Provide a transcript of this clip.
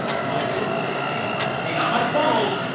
my business changes. not my funnels,